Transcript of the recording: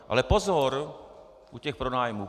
Ale pozor u těch pronájmů!